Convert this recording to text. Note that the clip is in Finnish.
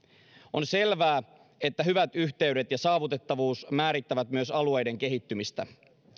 on selvää että hyvät yhteydet ja saavutettavuus määrittävät myös alueiden kehittymistä